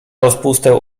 rozpustę